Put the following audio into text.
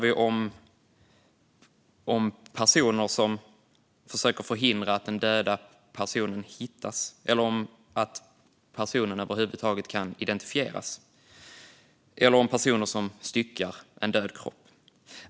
Här talar vi om personer som försöker förhindra att den döda personen hittas eller att personen över huvud taget kan identifieras eller om personer som styckar en död kropp.